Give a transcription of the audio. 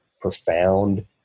profound